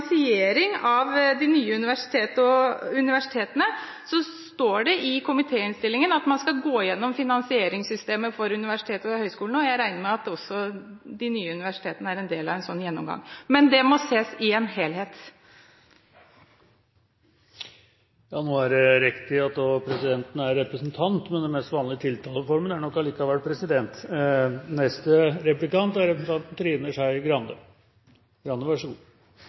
finansiering av de nye universitetene, står det i komitéinnstillingen at man skal gå igjennom finansieringssystemet for universitetene og høgskolene. Jeg regner med at også de nye universitetene er en del av en sånn gjennomgang, men det må ses i en helhet. Det er riktig at også presidenten er representant, men den mest vanlige tiltaleformen er nok allikevel